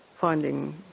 finding